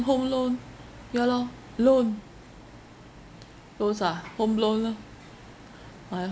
home loan ya lor loan those ah home loan lor my